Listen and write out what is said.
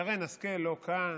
שרן השכל לא כאן.